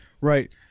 Right